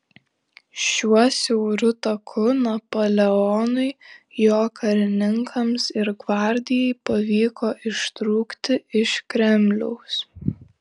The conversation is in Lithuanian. šiuo siauru taku napoleonui jo karininkams ir gvardijai pavyko ištrūkti iš kremliaus